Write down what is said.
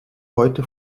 heute